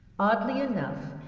oddly enough,